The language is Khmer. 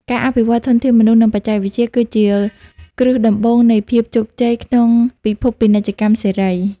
ការអភិវឌ្ឍធនធានមនុស្ស និងបច្ចេកវិទ្យា គឺជាគ្រឹះដំបូងនៃភាពជោគជ័យក្នុងពិភពពាណិជ្ជកម្មសេរី។